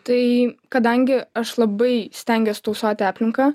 tai kadangi aš labai stengiuos tausoti aplinką